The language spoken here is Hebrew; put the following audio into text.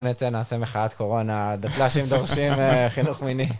נעשה מחאת קורונה, דתל"שים דורשים, חינוך מיני.